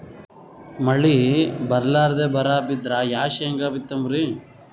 ಮಳಿ ಬರ್ಲಾದೆ ಬರಾ ಬಿದ್ರ ಯಾ ಶೇಂಗಾ ಬಿತ್ತಮ್ರೀ?